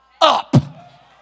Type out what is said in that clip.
up